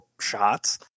shots